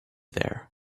there